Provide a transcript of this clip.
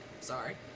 sorry